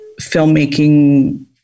filmmaking